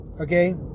Okay